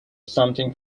something